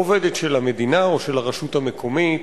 עובדת של המדינה או של הרשות המקומית,